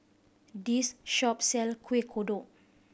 this shop sell Kueh Kodok